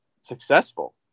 successful